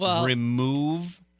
remove